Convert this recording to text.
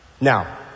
Now